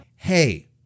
Hey